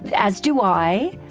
as do i.